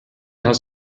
has